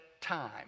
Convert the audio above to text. time